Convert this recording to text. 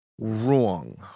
Wrong